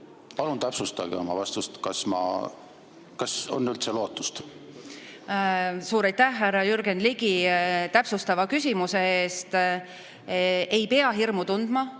Palun täpsustage oma vastust! Kas on üldse lootust? Suur aitäh, härra Jürgen Ligi, täpsustava küsimuse eest! Ei pea hirmu tundma